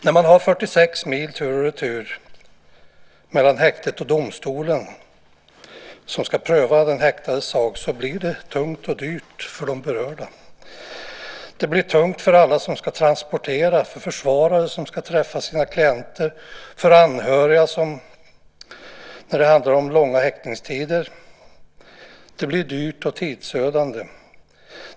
När man har 46 mil tur och retur mellan häktet och domstolen som ska pröva den häktades sak blir det tungt och dyrt för de berörda. Det blir tungt för alla som ska transporteras - för försvarare som ska träffa sina klienter, för anhöriga när det handlar om långa häktningstider. Det blir dyrt och tidsödande.